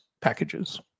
packages